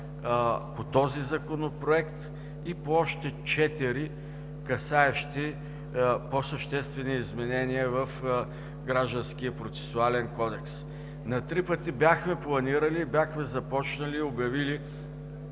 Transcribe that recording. по този Законопроект и по още четири, касаещи по съществени изменения в Гражданския процесуален кодекс. На три пъти бяхме планирали, бяхме започнали и обявили